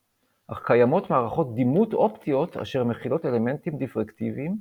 אך קיימות מערכות דימות אופטיות אשר מכילות אלמנטים דיפרקטיביים,